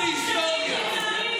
קיבלת שיעור בהיסטוריה.